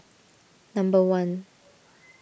number one